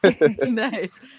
Nice